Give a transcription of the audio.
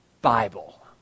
Bible